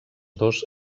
dos